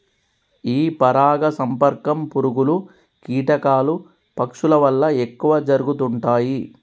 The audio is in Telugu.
ఈ పరాగ సంపర్కం పురుగులు, కీటకాలు, పక్షుల వల్ల ఎక్కువ జరుగుతుంటాయి